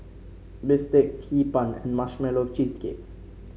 bistake Hee Pan and Marshmallow Cheesecake